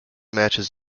matches